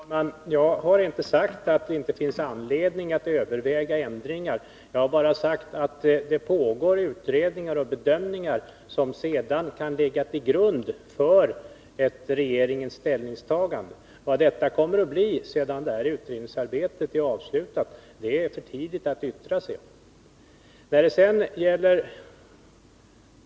Herr talman! Jag har inte sagt att det inte finns anledning att överväga ändringar. Jag har bara sagt att det pågår utredningar och bedömningar som sedan kan ligga till grund för ett regeringens ställningstagande. Vad detta kommer att bli, sedan utredningsarbetet är avslutat, är det för tidigt att yttra sig om.